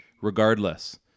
Regardless